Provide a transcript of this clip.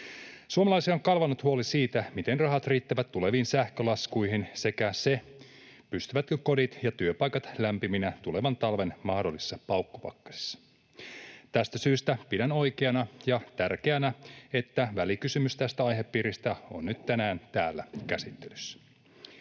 Suomalaisia on kalvanut huoli siitä, miten rahat riittävät tuleviin sähkölaskuihin, sekä se, pysyvätkö kodit ja työpaikat lämpiminä tulevan talven mahdollisissa paukkupakkasissa. Tästä syystä pidän oikeana ja tärkeänä, että välikysymys tästä aihepiiristä on nyt tänään täällä käsittelyssä.